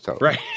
Right